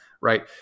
right